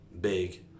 big